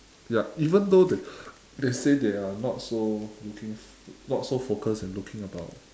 yup even though they they say they are not so looking not so focused in looking about